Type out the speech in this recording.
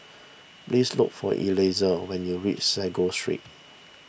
please look for Eliezer when you reach Sago Street